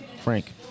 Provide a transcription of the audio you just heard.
Frank